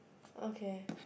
okay